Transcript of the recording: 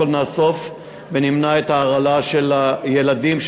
קודם כול נאסוף ונמנע את ההרעלה של הילדים,